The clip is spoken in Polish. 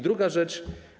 Druga rzecz.